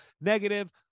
negative